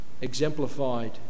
exemplified